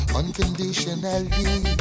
unconditionally